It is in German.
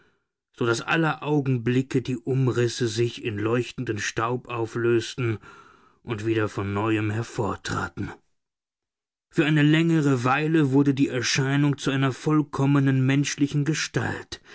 so daß aller augenblicke die umrisse sich in leuchtenden staub auflösten und wieder von neuem hervortraten für eine längere weile wurde die erscheinung zu einer vollkommenen menschlichen gestalt